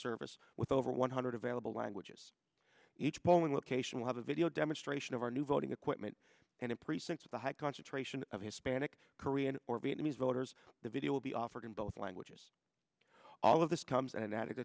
service with over one hundred available languages each polling location will have a video demonstration of our new voting equipment and in precincts the high concentration of hispanic korean or vietnamese voters the video will be offered in both languages all of this comes an